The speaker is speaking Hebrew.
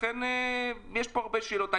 לכן יש פה הרבה שאלות.